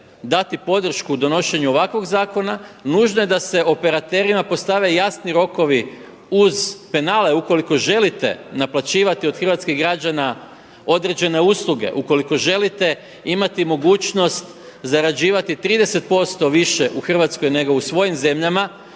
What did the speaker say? dati podršku donošenju ovakvog zakona, nužno je da se operaterima postave jasni rokovi uz penale ukoliko želite naplaćivati od hrvatskih građana određene usluge, ukoliko želite imati mogućnost zarađivati 30% više u Hrvatskoj nego u svojim zemljama